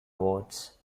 awards